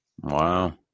Wow